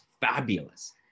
fabulous